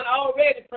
already